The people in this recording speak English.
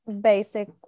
basic